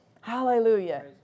Hallelujah